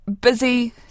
busy